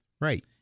Right